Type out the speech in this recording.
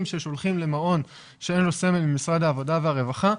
ששולחים למעון שאין לו סמל ממשרד העבודה והרווחה,